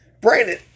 Brandon